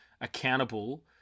accountable